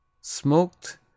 Smoked